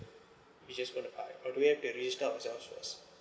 we just wanna buy or do I have to register ourselves first